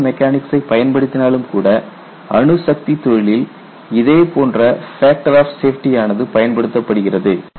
fracture மெக்கானிக்ஸ்சைப் பயன்படுத்தினாலும் கூட அணுசக்தித் தொழிலில் இதே போன்ற ஃபேக்டர் ஆப் சேஃப்டி ஆனது பயன்படுத்தப்படுகிறது